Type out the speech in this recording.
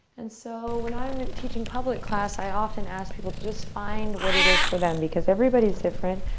and so when i'm and teaching public class i often ask people to just find what it is for them because everybody is different.